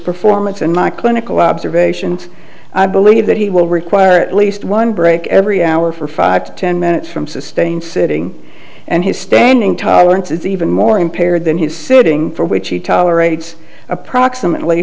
performance and my clinical observations i believe that he will require at least one break every hour for five to ten minutes from sustained sitting and his standing tolerance is even more impaired than his sitting for which he tolerates approximately